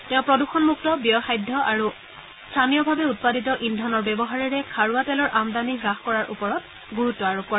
তেওঁ প্ৰদ্যণমূক্ত ব্যয়সাধ্য আৰু স্থানীয়ভাৱে উৎপাদিত ইন্ধনৰ ব্যৱহাৰেৰে খাৰুৱা তেলৰ আমদানি হাস কৰাৰ ওপৰত গুৰুত্ব আৰোপ কৰে